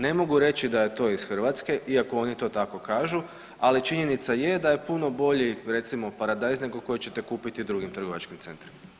Ne mogu reći da je to iz Hrvatske, iako oni tako kažu, ali činjenica je da je puno bolji, recimo paradajz, nego koji ćete kupiti u drugim trgovačkim centrima.